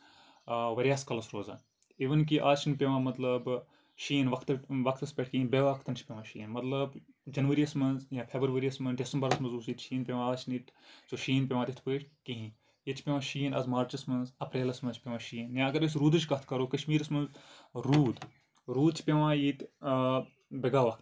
آ واریاہَس کالَس روزان اِوٕن کہِ آز چھُ نہٕ پیوان مطلب شیٖن وقتس پٮ۪ٹھ کِہینۍ بے وقتن چھُ پیوان شیٖن مطلب جنوریَس منٛز یا پھبرؤریس منٛز دسمبرس منٛز اوس ییٚتہِ شیٖن پیوان آز چھُ نہٕ ییٚتہِ سُہ شیٖن پیوان تِتھ پٲٹھۍ کِہینۍ ییٚتہِ چھُ پیوان شیٖن آز مارچس منٛز اَپریلَس منٛز چھُ پیوان شیٖن یا اَگر أسۍ روٗدٕچ کَتھ کَرو کَشمیٖرَس منٛز روٗد روٗد چھُ پیوان ییٚتہِ بےٚ گا وقت